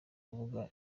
rubuga